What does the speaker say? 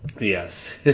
Yes